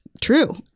true